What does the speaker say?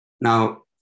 Now